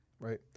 right